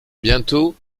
bientôt